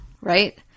right